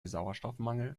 sauerstoffmangel